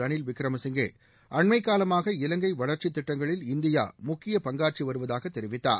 ரனில் விக்ரசிங்கே அண்மம் காலமாக இலங்கை வளர்ச்சித் திட்டங்களில் இந்தியா முக்கியப் பங்காற்றி வருவதாக தெரிவித்தார்